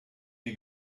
die